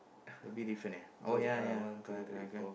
a bit different eh oh ya ya correct correct correct